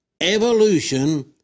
evolution